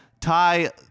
Ty